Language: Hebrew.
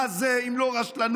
מה זה אם לא רשלנות,